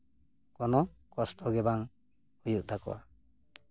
ᱠᱳᱱᱳ ᱠᱚᱥᱴᱚ ᱜᱮ ᱵᱟᱝ ᱦᱩᱭᱩᱜ ᱛᱟᱠᱚᱣᱟ